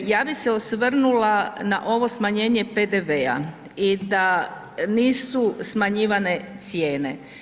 Ja bi se osvrnula na ovo smanjenje PDV-a i da nisu smanjivane cijene.